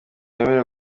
wemerewe